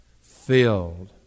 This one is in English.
Filled